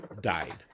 died